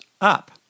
up